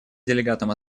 делегатам